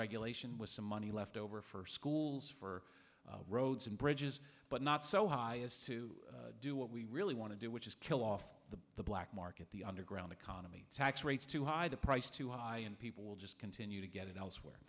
regulation with some money left over for schools for roads and bridges but not so high as to do what we really want to do which is kill off the the black market the underground economy tax rates too high the price too high and people will just continue to get it